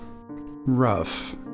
rough